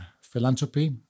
philanthropy